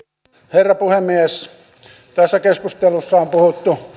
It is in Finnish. herra puhemies tässä keskustelussa on puhuttu